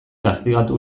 gaztigatu